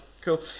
cool